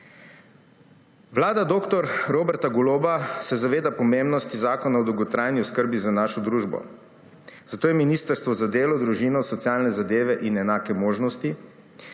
Vlada dr. Roberta Goloba se zaveda pomembnosti Zakona o dolgotrajni oskrbi za našo družbo, zato je Ministrstvo za delo, družino, socialne zadeve in enake možnosti